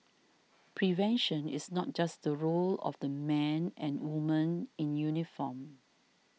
prevention is not just role of the men and women in uniform